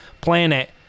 planet